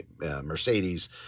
Mercedes